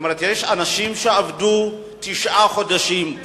כלומר יש אנשים שעבדו תשעה חודשים,